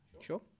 Sure